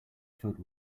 filled